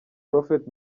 prophet